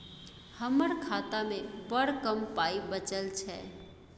हमर खातामे बड़ कम पाइ बचल छै